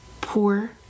poor